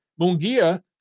Mungia